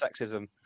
sexism